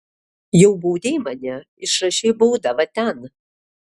jau baudei mane išrašei baudą va ten